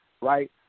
right